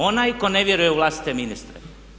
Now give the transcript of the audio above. Onaj tko ne vjeruje u vlastite ministre.